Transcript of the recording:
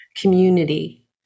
community